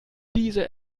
diese